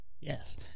Yes